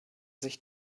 sich